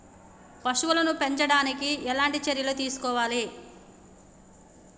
పశువుల్ని పెంచనీకి ఎట్లాంటి చర్యలు తీసుకోవాలే?